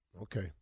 Okay